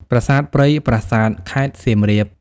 ប្រាសាទព្រៃប្រាសាទ ខេត្តសៀមរាប។